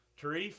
Tarif